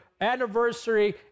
anniversary